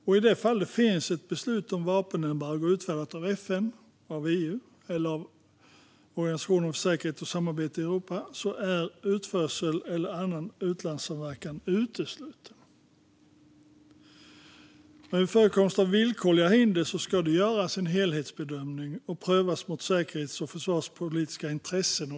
I de fall det finns ett beslut om vapenembargo utfärdat av FN, EU eller Organisationen för säkerhet och samarbete i Europa är utförsel eller annan utlandssamverkan utesluten. Vid förekomst av villkorliga hinder ska det göras en helhetsbedömning och prövas mot säkerhets och försvarspolitiska intressen.